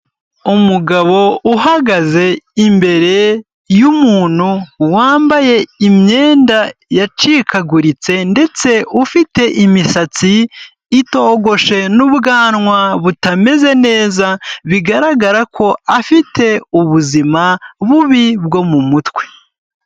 Umugabo uhagaze imbere y'umuntu wambaye imyenda yacikaguritse ndetse ufite imisatsi itogoshe n'ubwanwa butameze neza bigaragara ko afite ubuzima bubi bwo mu mutwe.